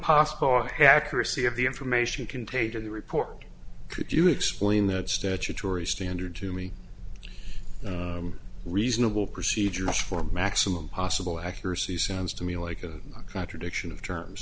possible attack or see if the information contained in the report could you explain that statutory standard to me reasonable procedures for maximum possible accuracy sounds to me like a contradiction of terms